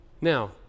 Now